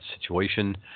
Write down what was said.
situation